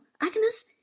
Agnes